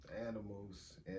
Animals